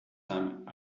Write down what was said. time